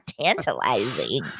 tantalizing